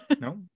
no